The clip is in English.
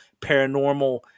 paranormal